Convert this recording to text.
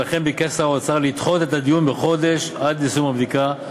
ולכן ביקש שר האוצר לדחות את הדיון בחודש עד לסיום הבדיקה.